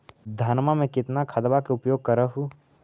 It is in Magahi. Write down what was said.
धानमा मे कितना खदबा के उपयोग कर हू?